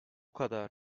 kadar